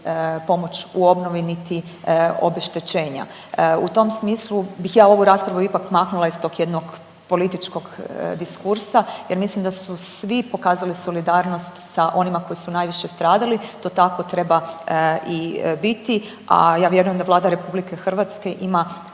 pomoć u obnovi niti obeštećenja. U tom smislu bih ja ovu raspravu ipak maknula iz tog jednog političkog diskursa jer mislim da su svi pokazali solidarnost sa onima koji su najviše stradali, to tako treba i biti, a ja vjerujem da Vlada RH ima